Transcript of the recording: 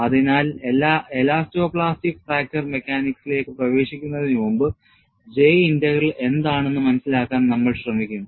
അതിനാൽ elasto plastic fracture മെക്കാനിക്സിലേക്ക് പ്രവേശിക്കുന്നതിനുമുമ്പ് J integral എന്താണെന്ന് മനസിലാക്കാൻ നമ്മൾ ശ്രമിക്കും